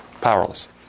Powerless